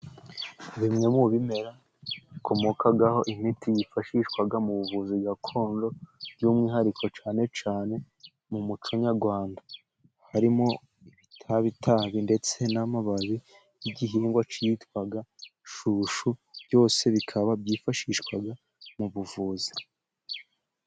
Bimwe mu bimera bikomokaho imiti yifashishwa mu buvuzi gakondo, by'umwihariko cyane cyane mu muco nyarwanda, harimo ibitabi tabi ndetse n'amababi y'igihingwa cyitwa shushu, byose bikaba byifashishwa mu buvuzi.